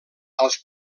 als